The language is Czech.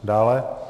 Dále.